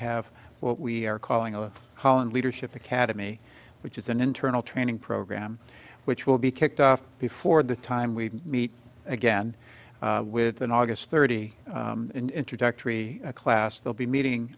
have what we are calling a hall and leadership academy which is an internal training program which will be kicked off before the time we meet again with an august thirty introductory class they'll be meeting